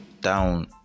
down